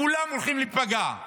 כולם הולכים להיפגע.